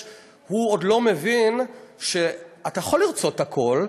הוא עוד לא מבין שאתה יכול לרצות הכול,